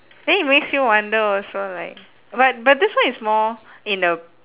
then it makes you wonder also like but but this one is more in a